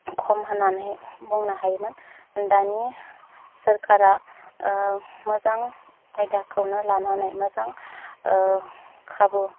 खम होननानै बुंनो हायोमोन दानिया सोरखारा मोजां आयदाखौनो लानानै मोजां खाबु